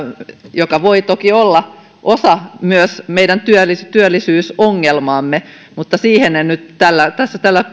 mikä voi toki olla osa myös meidän työllisyysongelmaamme mutta siihen en nyt tässä